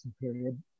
period